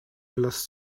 last